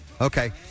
Okay